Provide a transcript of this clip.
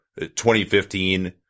2015